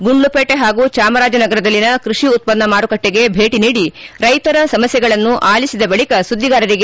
ಗುಂಡ್ಲುಪೇಟೆ ಹಾಗೂ ಚಾಮರಾಜನಗರದಲ್ಲಿನ ಕೃಷಿ ಉತ್ಪನ್ನ ಮಾರುಕಟ್ಟಿಗೆ ಭೇಟಿ ನೀಡಿ ರೈತರ ಸಮಸ್ಟೆಗಳನ್ನು ಆಲಿಸಿದ ಬಳಿಕ ಸುದ್ದಿಗಾರರಿಗೆ ತಿಳಿಸಿದರು